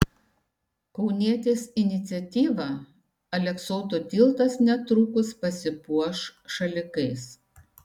kaunietės iniciatyva aleksoto tiltas netrukus pasipuoš šalikais